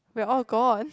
we are all gone